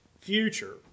future